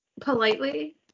politely